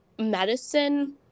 medicine